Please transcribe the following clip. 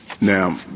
Now